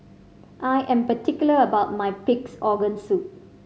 I am particular about my Pig's Organ Soup